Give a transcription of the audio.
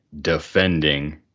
defending